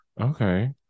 Okay